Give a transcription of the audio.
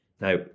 Now